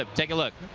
ah take a look.